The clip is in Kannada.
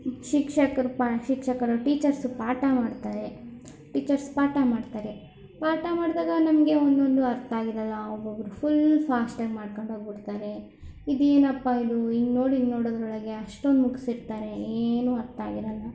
ಶಿಕ್ಷಕರು ಪಾ ಶಿಕ್ಷಕರು ಟೀಚರ್ಸ್ ಪಾಠ ಮಾಡುತ್ತಾರೆ ಟೀಚರ್ಸ್ ಪಾಠ ಮಾಡುತ್ತಾರೆ ಪಾಠ ಮಾಡಿದಾಗ ನಮಗೆ ಒಂದೊಂದು ಅರ್ಥ ಆಗಿರಲ್ಲ ಒಬ್ಬೊಬ್ಬರು ಫುಲ್ ಫಾಸ್ಟಾಗಿ ಮಾಡಿಕೊಂಡು ಹೋಗಿಬಿಡ್ತಾರೆ ಇದೇನಪ್ಪ ಇದು ಹಿಂಗೆ ನೋಡಿ ಹಿಂಗೆ ನೋಡೋದ್ರೊಳಗೆ ಅಷ್ಟೊಂದು ಮುಗಿಸಿರ್ತಾರೆ ಏನು ಅರ್ಥ ಆಗಿರಲ್ಲ